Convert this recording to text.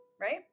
right